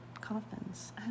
coffins